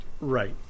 Right